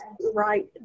right